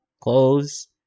Close